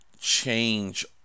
change